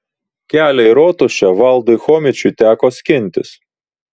kelią į rotušę valdui chomičiui teko skintis